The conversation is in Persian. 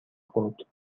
خورد